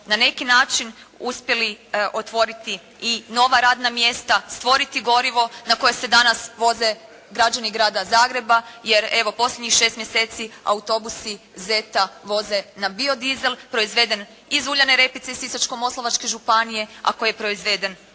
na neki način uspjeli otvoriti i nova radna mjesta, stvoriti gorivo na koje se danas voze građani Grada Zagreba, jer evo posljednjih 6 mjeseci autobus ZET-a voze na biodizel proizveden iz uljane repice iz Sisačko-moslavačke županije, a koji je proizveden